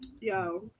yo